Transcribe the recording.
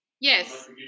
Yes